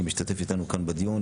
שמשתתף איתנו כאן בדיון.